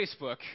Facebook